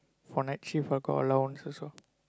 for night shift got allowances lor